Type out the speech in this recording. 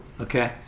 Okay